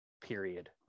period